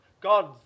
God's